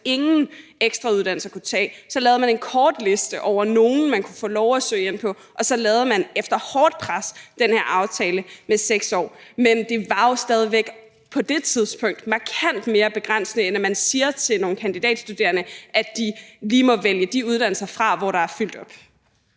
man ingen ekstrauddannelser kunne tage. Så lavede man en kortliste over nogle, man kunne få lov at søge ind på, og så lavede man efter hårdt pres den her aftale med 6 år. Men det var jo stadig væk på det tidspunkt markant mere begrænsende, end at man siger til nogle kandidatstuderende, at de lige må vælge de uddannelser fra, hvor der er fyldt op.